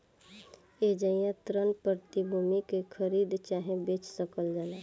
एइजा ऋण प्रतिभूति के खरीद चाहे बेच सकल जाला